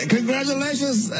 Congratulations